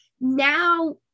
Now-